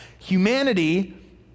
humanity